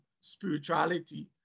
spirituality